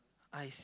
I see